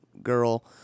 girl